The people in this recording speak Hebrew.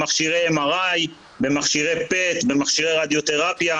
למעשה מי שלא יכול להתקבל בארץ הלך להתקבל שם,